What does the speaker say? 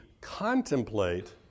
contemplate